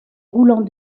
roulant